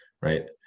right